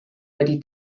wedi